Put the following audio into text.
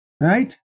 Right